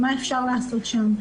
מה אפשר לעשות שם.